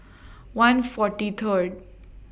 one forty Third